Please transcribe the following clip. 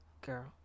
girl